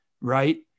Right